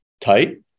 tight